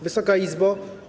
Wysoka Izbo!